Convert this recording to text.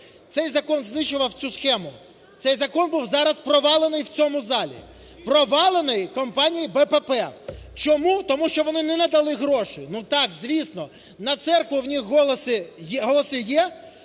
цей закон знищував цю схему, цей закон був зараз провалений в цьому залі, провалений компанією БПП. Чому? Тому що вони не надали гроші. Ну, так звісно, на церкву у них голоси є,